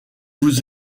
vous